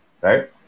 Right